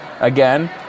Again